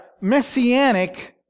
messianic